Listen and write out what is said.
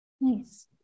Nice